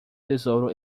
tesouro